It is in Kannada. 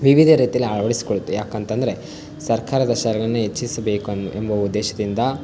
ವಿವಿಧ ರೀತಿಯಲ್ಲಿ ಅಳವಡಿಸ್ಕೊಳ್ಳುತ್ತೆ ಯಾಕಂತಂದ್ರೆ ಸರ್ಕಾರದ ಶಾಲೆನೇ ಹೆಚ್ಚಿಸಬೇಕು ಅನ್ನೊ ಎಂಬುವ ಉದ್ದೇಶದಿಂದ